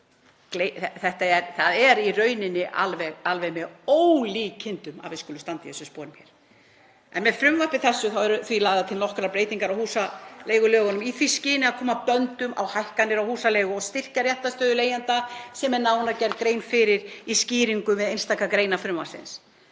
Það er í rauninni alveg með ólíkindum að við skulum standa í þessum sporum. Með frumvarpi þessu eru því lagðar til nokkrar breytingar á húsaleigulögum í því skyni að koma böndum á hækkanir á húsaleigu og styrkja réttarstöðu leigjenda, sem er nánar gerð grein fyrir í skýringum við einstakar greinar frumvarpsins.